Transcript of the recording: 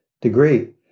degree